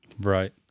Right